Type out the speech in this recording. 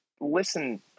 listen